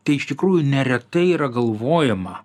tai iš tikrųjų neretai yra galvojama